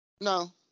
no